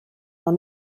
noch